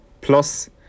Plus